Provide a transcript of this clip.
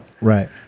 Right